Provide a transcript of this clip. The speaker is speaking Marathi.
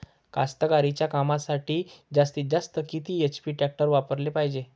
कास्तकारीच्या कामासाठी जास्तीत जास्त किती एच.पी टॅक्टर वापराले पायजे?